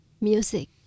music